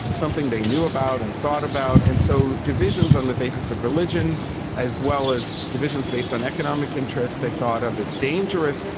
something they knew about and thought about, and so divisions on the basis of religion as well as divisions based on economic interests they thought of as dangerous,